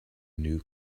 new